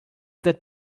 that